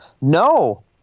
No